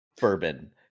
bourbon